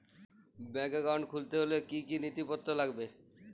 Bank account খুলতে হলে কি কি নথিপত্র লাগবে?